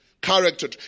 Character